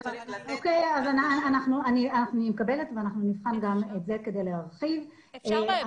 אני מקבלת ואנחנו נפעל להרחיב את זה.